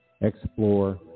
explore